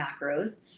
macros